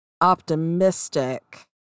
optimistic